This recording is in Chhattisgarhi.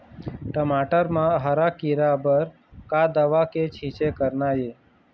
टमाटर म हरा किरा बर का दवा के छींचे करना ये?